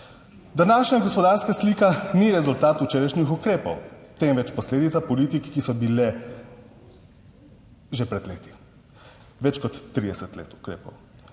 Današnja gospodarska slika ni rezultat včerajšnjih ukrepov, temveč posledica politik, ki so bile že pred leti, več kot 30 let ukrepov.